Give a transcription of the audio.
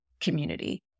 community